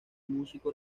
músico